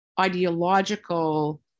ideological